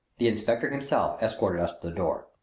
the inspector himself escorted us to the door.